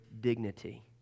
dignity